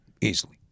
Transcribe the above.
easily